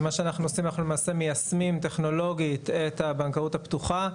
מה שאנחנו עושים אנחנו למעשה מיישמים טכנולוגית את הבנקאות הפתוחה,